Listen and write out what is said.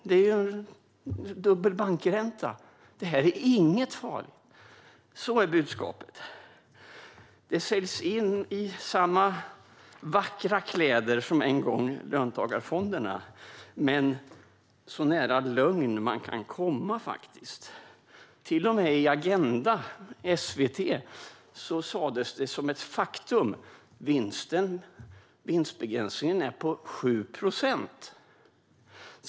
Det är ju dubbel bankränta. Det är inget farligt. Så är budskapet, och det säljs in i samma vackra kläder som löntagarfonderna såldes in en gång, men det är faktiskt så nära lögn man kan komma. Till och med i Agenda i SVT sas det som ett faktum att vinstbegränsningen är 7 procent.